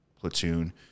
platoon